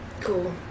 cool